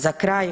Za kraj.